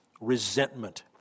resentment